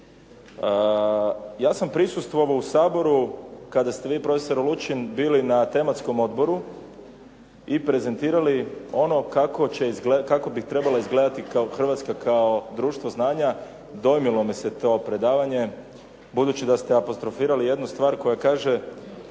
Ja sam prisustvovao u Saboru kada ste vi profesore Lučin bili na tematskom odboru i prezentirali ono kako će, kako bi trebalo izgledati Hrvatska kao društvo znanja. Dojmilo me se to predavanje, budući da ste apostrofirali jednu stvar koja kaže